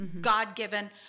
God-given